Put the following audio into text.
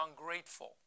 ungrateful